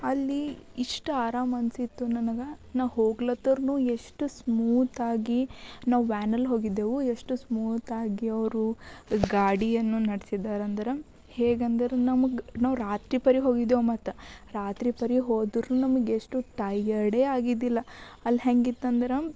ಅಲ್ಲಿ ಇಷ್ಟು ಆರಾಮ ಅನಿಸಿತ್ತು ನನಗೆ ನಾ ಹೋಗ್ಲತ್ತರ್ನೂ ಎಷ್ಟು ಸ್ಮೂತಾಗಿ ನಾವು ವ್ಯಾನಲ್ಲಿ ಹೋಗಿದ್ದೆವು ಎಷ್ಟು ಸ್ಮೂತಾಗಿ ಅವರು ಗಾಡಿಯನ್ನು ನಡೆಸಿದ್ದಾರಂದ್ರೆ ಹೇಗಂದರೆ ನಮಗೆ ನಾವು ರಾತ್ರಿಪರಿ ಹೋಗಿದ್ದೆವು ಮತ್ತು ರಾತ್ರಿಪರಿ ಹೋದರೂ ನಮಗೆ ಎಷ್ಟು ಟೈಯರ್ಡೇ ಆಗಿದ್ದಿಲ್ಲ ಅಲ್ಲಿ ಹೆಂಗಿತ್ತಂದ್ರೆ